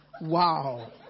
Wow